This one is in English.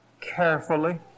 carefully